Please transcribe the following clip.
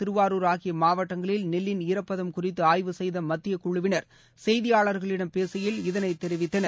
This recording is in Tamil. திருவாரூர் ஆகிய மாவட்டங்களில் நெல்லின் ஈரப்பதம் குறித்து ஆய்வு செய்த மத்திய குழுவினர் செய்தியாளர்களிடம் பேசுகையில் இதனைத் தெரிவித்தனர்